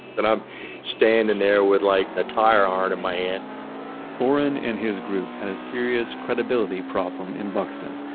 and i'm standing there with like a tire iron in my hand orrin and his group had a serious credibility problem in buxton,